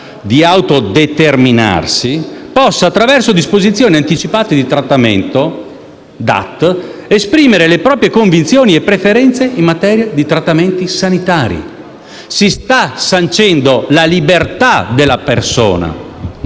di autodeterminarsi, possa, attraverso disposizioni anticipate di trattamento, esprimere le proprie convinzioni e preferenze in materia di trattamenti sanitari. Si sta sancendo la libertà della persona